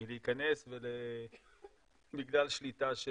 מלהיכנס בגלל שליטה,